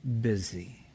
busy